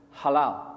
halal